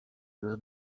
już